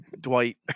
dwight